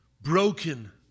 broken